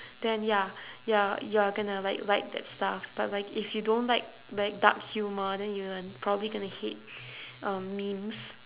then ya ya you are going to like like that stuff but like if you don't like like dark humour then you are probably going to hate um memes